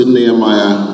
Nehemiah